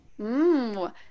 Mmm